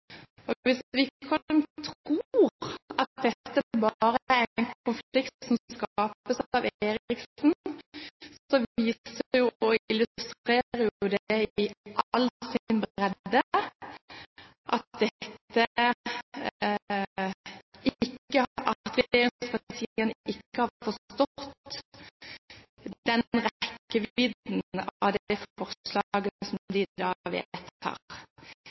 konflikt. Hvis Wickholm tror at dette bare er en konflikt som skapes av Eriksen, viser og illustrerer det i all sin bredde at regjeringspartiene ikke har forstått rekkevidden av det forslaget de